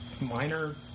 minor